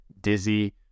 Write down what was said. dizzy